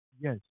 yes